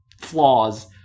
flaws